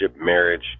marriage